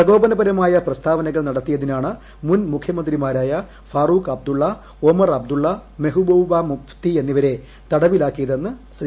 പ്രകോപനപരമായ പ്രസ്താവനകൾ നടത്തിയതിനാണ് മുൻ മുഖ്യമന്ത്രിമാരായ ഫറുഖ് അബ്ദുള്ള ഒമർ അബ്ദുള്ള മെഹ്ബൂബ മുഫ്തി എന്നിവരെ തടവിലാക്കിയതെന്ന് ശ്രീ